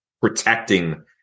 protecting